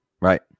Right